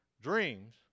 Dreams